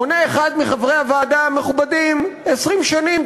עונה אחד מחברי הוועדה המכובדים: 20 שנים,